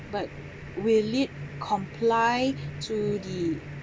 but will it comply to the